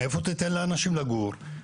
איפה תיתן לאנשים לגור?